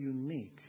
unique